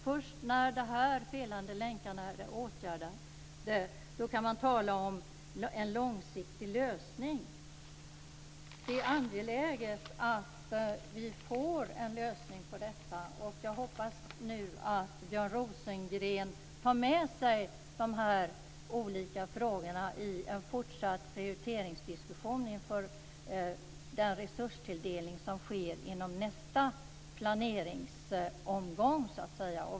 Först när dessa felande länkar är åtgärdade kan man tala om en långsiktig lösning. Det är angeläget att vi får en lösning på detta. Och jag hoppas nu att Björn Rosengren tar med sig dessa olika frågor i en fortsatt prioriteringsdiskussion inför den resurstilldelning som sker inom nästa planeringsomgång.